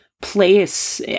Place